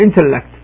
intellect